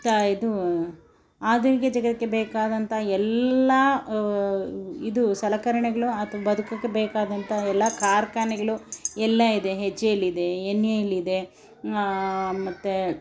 ಇದು ಆಧುನಿಕ ಜಗತ್ತಿಗೆ ಬೇಕಾದಂತಹ ಎಲ್ಲ ಇದು ಸಲಕರಣೆಗಳು ಅದು ಬದ್ಕಕ್ಕೆ ಬೇಕಾದಂತಹ ಎಲ್ಲ ಕಾರ್ಖಾನೆಗಳು ಎಲ್ಲ ಇದೆ ಹೆಚ್ ಎ ಎಲ್ ಇದೆ ಎನ್ ಎ ಎಲ್ ಇದೆ ಮತ್ತು